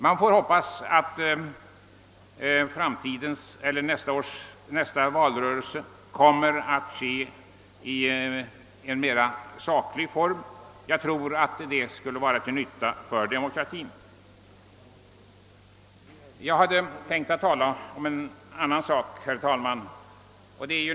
Man får hoppas att nästa valrörelse kommer att få en mer saklig utformning — jag tror att det skulle vara till nytta för demokratin. Jag hade tänkt ta upp en annan sak, herr talman.